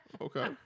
Okay